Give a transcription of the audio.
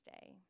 day